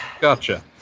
Gotcha